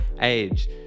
age